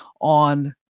on